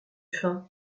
faim